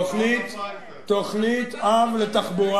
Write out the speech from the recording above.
תודה רבה.